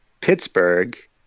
Pittsburgh